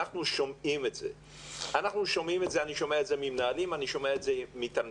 אני שומע את זה ממנהלים, אני שומע את זה מתלמידים.